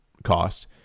cost